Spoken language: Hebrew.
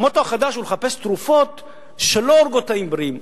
המוטו החדש הוא לחפש תרופות שלא הורגות תאים בריאים,